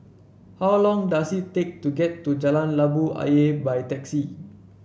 how long does it take to get to Jalan Labu Ayer by taxi